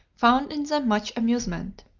found in them much amusement.